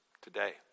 today